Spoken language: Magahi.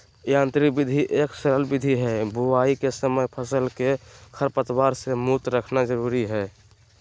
यांत्रिक विधि एक सरल विधि हई, बुवाई के समय फसल के खरपतवार से मुक्त रखना जरुरी हई